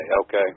Okay